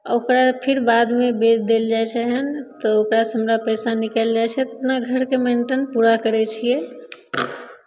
ओकरा फिर बादमे बेच देल जाइ छै हन तऽ ओकरासे हमरा पैसा निकलि जाइ छै तऽ अपना घरके मेन्टेन पूरा करै छियै